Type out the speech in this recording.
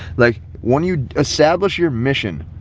like when you establish your mission,